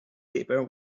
paper